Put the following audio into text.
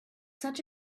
such